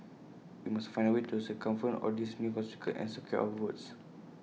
we must find A way to circumvent all these new obstacles and secure our votes